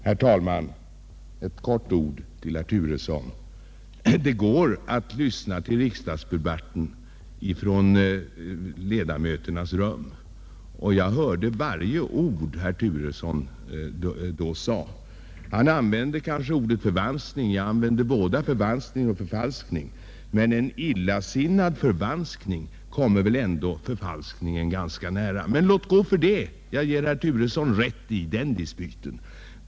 Herr talman! Bara nägra få ord till herr Turesson! Det går att lyssna till riksdagsdebatten från ledamöternas rum, och jag hörde varje ord som herr Turesson sade. Han använde kanske ordet förvanskning medan jag talade om förvanskning och förfalskning, men en ”illasinnad förvanskning” kommer väl ändå ganska nära ”förfalskning”. Men lät gå för det — jag ger herr Turesson rätt i den dispyten.